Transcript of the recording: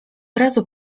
razu